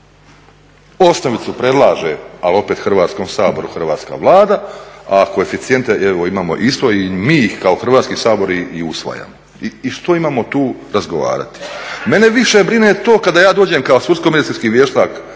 Osnovicu predlaže, al opet Hrvatskom saboru Hrvatska vlada a koeficijente, evo imamo isto i mi ih kao Hrvatski sabor i usvajamo. I što imamo tu razgovarati? Mene više brine to kada ja dođem kao sudsko medicinski vještak